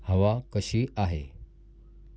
हवा कशी आहे